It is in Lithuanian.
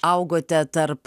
augote tarp